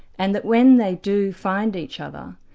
and that when they do find each other,